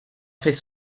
fait